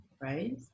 right